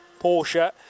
Porsche